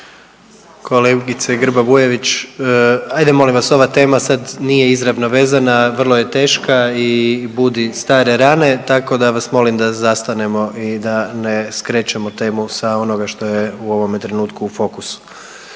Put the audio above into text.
Kolegice Grba Bujević, ajde molim vas ova tema sad nije izravno vezana, a vrlo je teška i budi stare rane tako da vas molim da zastanemo i da ne skrećemo temu sa onoga što je u ovome trenutku u fokusu.